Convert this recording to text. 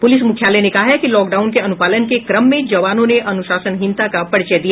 police मुख्यालय ने कहा है कि लॉकडाउन के अनुपालन के क्रम में जवानों ने अनुशासनहीनता का परिचय दिया